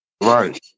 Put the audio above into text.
Right